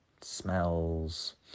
smells